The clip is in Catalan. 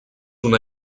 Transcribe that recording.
una